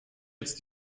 jetzt